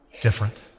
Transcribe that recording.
different